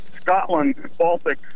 Scotland-Baltic